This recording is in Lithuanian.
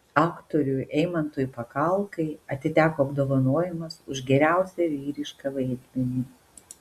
aktoriui eimantui pakalkai atiteko apdovanojimas už geriausią vyrišką vaidmenį